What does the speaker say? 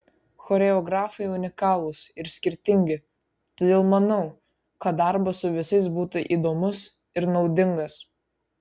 choreografai unikalūs ir skirtingi todėl manau kad darbas su visais būtų įdomus ir naudingas